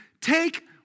take